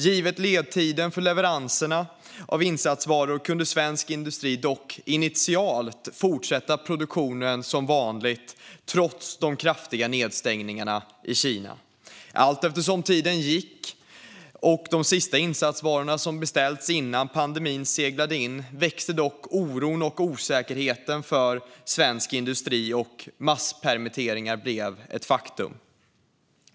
Givet ledtiden för leveranser av insatsvaror kunde dock svensk industri initialt fortsätta produktionen som vanligt, trots de kraftiga nedstängningarna i Kina. Men allteftersom tiden gick och de sista insatsvarorna, som hade beställts innan pandemin, seglade in växte oron och osäkerheten för svensk industri. Masspermitteringar blev ett faktum.